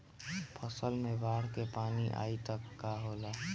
फसल मे बाढ़ के पानी आई त का होला?